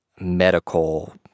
medical